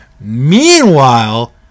Meanwhile